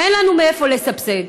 אין לנו מאיפה לסבסד.